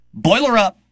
BOILERUP